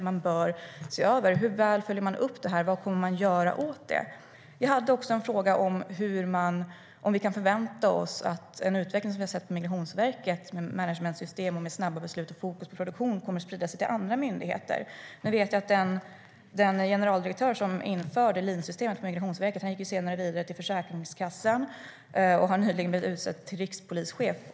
Man bör se över hur väl det följs upp och vad som kommer att göras åt det. Jag hade också en fråga om vi kan förvänta oss att den utveckling som vi har sett på Migrationsverket med managementsystem, snabba beslut och fokus på produktion kommer att sprida sig till andra myndigheter. Nu vet jag att den generaldirektör som införde leansystemet på Migrationsverket senare gick vidare till Försäkringskassan, och nyligen blev han utsedd till rikspolischef.